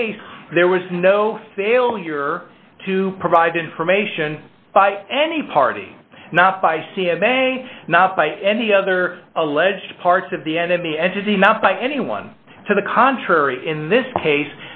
case there was no failure to provide information by any party not by c m a not by any other alleged parts of the enemy and the mouth by anyone to the contrary in this case